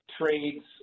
trades